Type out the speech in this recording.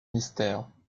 mystère